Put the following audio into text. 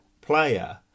player